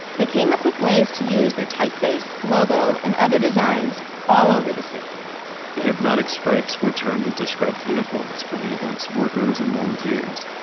they came up with ways to use their typeface, logo, and other designs all over the city the hypnotic stripes were turned into striped uniforms for the event's workers and volunteers.